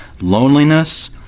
loneliness